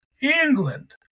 England